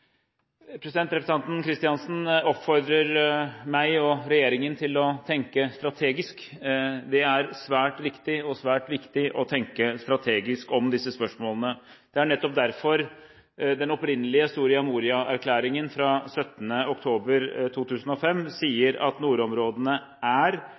Representanten Kristiansen oppfordrer meg og regjeringen til å tenke strategisk. Det er svært viktig å tenke strategisk om disse spørsmålene. Det er nettopp derfor den opprinnelige Soria Moria-erklæringen fra 17. oktober 2005 sier at nordområdene er